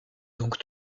donc